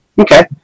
Okay